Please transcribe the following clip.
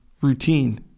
routine